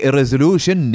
resolution